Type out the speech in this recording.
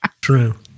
True